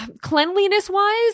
Cleanliness-wise